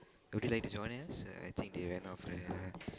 would you like to join us uh I think they ran out of